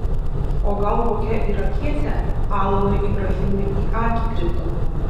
o gal kokia irakietė alanui ibrahimui į akį krito